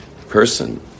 person